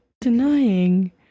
denying